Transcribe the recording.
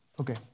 Okay